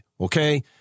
Okay